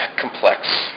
Complex